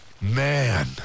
Man